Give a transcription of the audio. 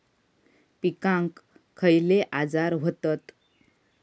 पिकांक खयले आजार व्हतत?